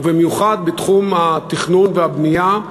ובמיוחד בתחום התכנון והבנייה.